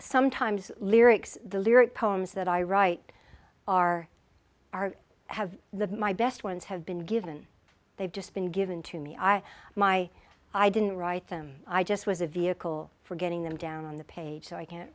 sometimes lyrics the lyric poems that i write are are have the my best ones have been given they've just been given to me i my i didn't write them i just was a vehicle for getting them down on the page so i can't